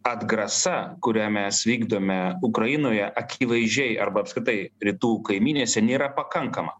atgrasa kurią mes vykdome ukrainoje akivaizdžiai arba apskritai rytų kaimynėse nėra pakankama